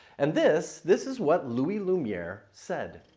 and this this is what louis lumiere said.